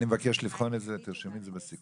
אני מבקש לבחון את זה, תרשמי את זה בסיכום.